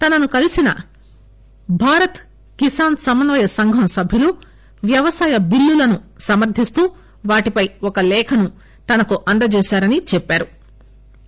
తనను కలిసిన భారత కిసాస్ సమన్వయ సంఘం సభ్యులు వ్యవసాయ బిల్లులను సమర్థిస్తూ వాటిపై ఒక లేఖను తనకు అందజేశారని చెప్పారు